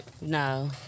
No